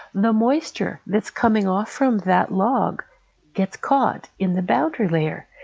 the moisture that's coming off from that log gets caught in the boundary layer,